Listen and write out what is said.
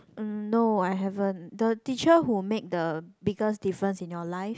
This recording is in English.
um no I haven't the teacher who made the biggest difference in your life